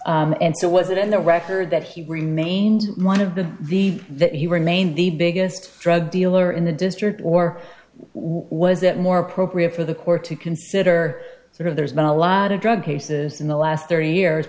prosecuted and so was it in the record that he remained one of the the that he remained the biggest drug dealer in the district or was it more appropriate for the court to consider sort of there's been a lot of drug cases in the last thirty years